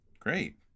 great